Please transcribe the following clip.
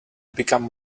become